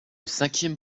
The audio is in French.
cinquième